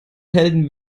helden